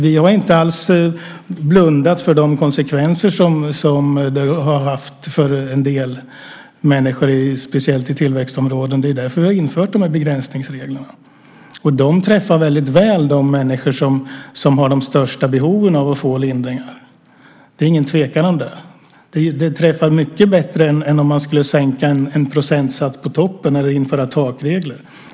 Vi har inte alls blundat för de konsekvenser som det haft för en del människor, speciellt i tillväxtområdena. Det är därför vi infört begränsningsreglerna. De träffar väldigt väl de människor som har de största behoven av att få lindring. Det är ingen tvekan om det. Det träffar mycket bättre än om man skulle sänka en procentsats på toppen eller införa takregler.